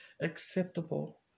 acceptable